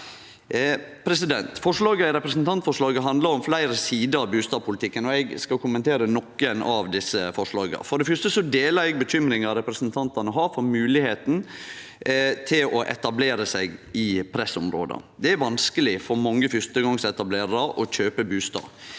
Forslaga i representantforslaget handlar om fleire sider ved bustadpolitikken, og eg skal kommentere nokre av desse forslaga. For det fyrste deler eg bekymringa representantane har for moglegheita til å etablere seg i pressområda. Det er vanskeleg for mange fyrstegongsetablerarar å kjøpe bustad.